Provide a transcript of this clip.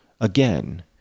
Again